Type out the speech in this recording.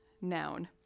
noun